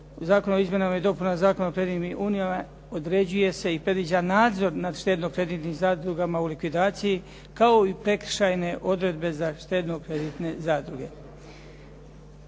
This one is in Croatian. zakona o Izmjenama i dopunama Zakona o kreditnim unijama određuje se i predviđa nadzor nad štedno-kreditnim zadrugama u likvidaciji, kao i prekršajne odredbe za štedno-kreditne zadruge.